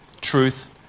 truth